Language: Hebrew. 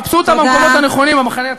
חפשו אותם במקומות הנכונים, המחנה הציוני.